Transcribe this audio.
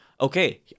Okay